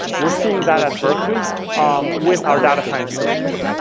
we're seeing that at berkeley with our data science curriculum.